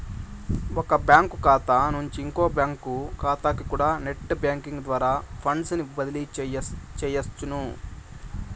ఒక బ్యాంకు కాతా నుంచి ఇంకో బ్యాంకు కాతాకికూడా నెట్ బ్యేంకింగ్ ద్వారా ఫండ్సుని బదిలీ సెయ్యొచ్చును